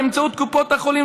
באמצעות קופות החולים,